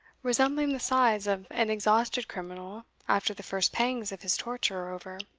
resembling the sighs of an exhausted criminal after the first pangs of his torture over.